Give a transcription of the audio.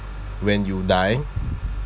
when you die